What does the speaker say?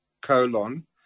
colon